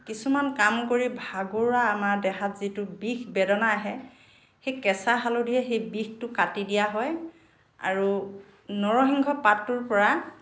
কিছুমান কাম কৰি ভাগৰুৱা আমাৰ দেহাত যিটো বিষ বেদনা আহে সেই কেঁচা হালধিয়ে সেই বিষটো কাটি দিয়া হয় আৰু নৰসিংহ পাতটোৰ পৰা